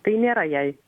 tai nėra jai